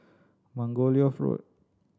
Margoliouth Road